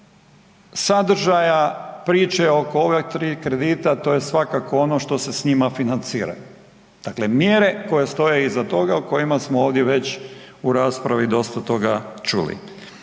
sadržaja priče oko ova 3 kredita to je svakako ono što se s njima financira, dakle mjere koje stoje iza toga o kojima smo ovdje već u raspravi dosta toga čuli.